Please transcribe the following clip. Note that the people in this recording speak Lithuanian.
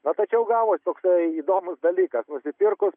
na tačiau gavosi toksai įdomus dalykas nusipirkus